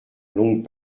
longue